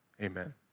Amen